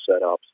setups